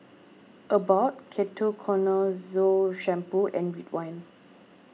Abbott Ketoconazole Shampoo and Ridwind